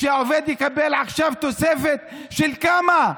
שהעובד יקבל עכשיו תוספת של כמה?